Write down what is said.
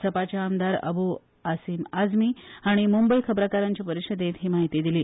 सपाचे आमदार अब् असिम आजमी हाणी मुंबय खबराकारांचे परिषदेत ही म्हायती दिली